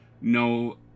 no